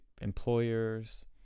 employers